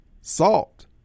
salt